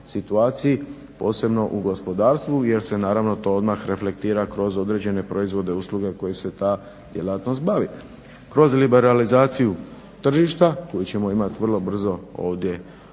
situaciji posebno u gospodarstvu jer se naravno to odmah reflektira kroz određene proizvode, usluge kojim se ta djelatnost bavi. Kroz liberalizaciju tržišta koju ćemo imati vrlo brzo ovdje u